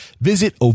visit